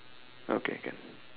okay can